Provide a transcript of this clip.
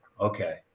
okay